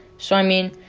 so i mean,